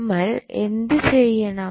നമ്മൾ എന്ത് ചെയ്യണം